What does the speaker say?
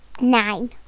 Nine